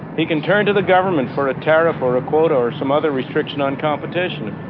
he can turn to the government for a tariff or a quota, or some other restriction on competition,